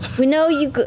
we know you